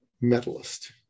medalist